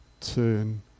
turn